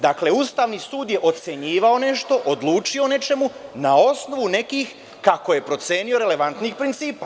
Dakle, Ustavni sud je ocenjivao nešto, odlučivao o nečemuna osnovu nekih, kako je procenio, relevantnih principa.